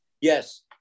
yes